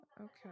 okay